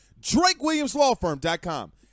drakewilliamslawfirm.com